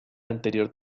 anterior